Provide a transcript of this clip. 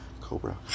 Cobra